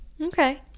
Okay